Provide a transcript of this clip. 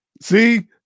See